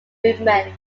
movement